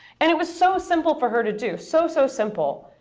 and it was so simple for her to do, so, so simple.